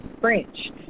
French